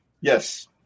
Yes